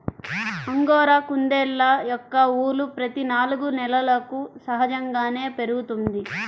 angora కుందేళ్ళ యొక్క ఊలు ప్రతి నాలుగు నెలలకు సహజంగానే పెరుగుతుంది